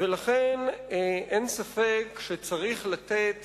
ולכן, אין ספק שצריך לתת